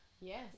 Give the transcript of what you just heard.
yes